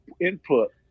input